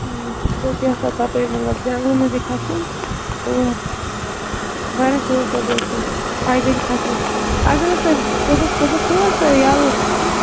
بہٕ حظ چھِس یَژھان تَپٲرۍ مطلب جنٛگلس منٛز کھَسُن تور واریاہ شوق حظ اوسُم پیدٕلہِ کھَسُن اگر حظ تۄہہِ صبُحَس صبُحس چھُو حظ تُہۍ یَلہٕ